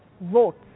Votes